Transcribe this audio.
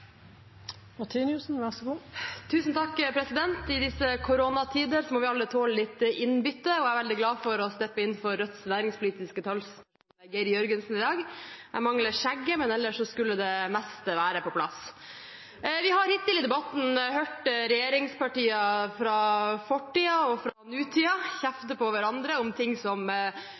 veldig glad for å steppe inn for Rødts næringspolitiske talsperson, Geir Jørgensen, i dag. Jeg mangler skjegget, men ellers skulle det meste være på plass. Vi har hittil i debatten hørt regjeringspartier fra fortiden og fra nåtiden kjefte på hverandre om ting som